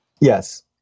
Yes